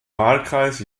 wahlkreis